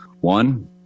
one